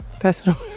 Personal